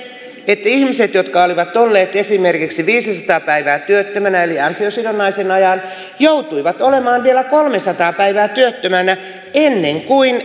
että ihmiset jotka olivat olleet esimerkiksi viisisataa päivää työttömänä eli ansiosidonnaisen ajan joutuivat olemaan vielä kolmesataa päivää työttömänä ennen kuin